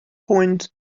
point